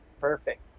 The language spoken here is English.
perfect